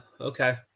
Okay